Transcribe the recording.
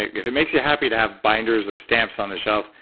if it makes you happy to have binders of stamps on the shelf,